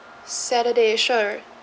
saturday sure